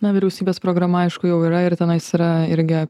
na vyriausybės programa aišku jau yra ir tenais yra irgi